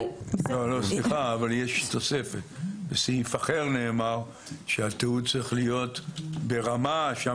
אבל בסעיף אחר נאמר שהתיעוד צריך להיות ברזולוציה